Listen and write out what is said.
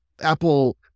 Apple